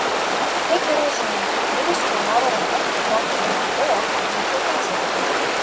tiek ir aš žinau didi sumojavo ranka ragindama o greičiau pasakoti